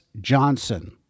Johnson